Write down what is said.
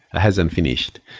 hasn't finished,